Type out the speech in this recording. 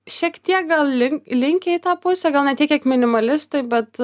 šiek tiek gal lin linkę į tą pusę gal ne tiek kiek minimalistai bet